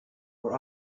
were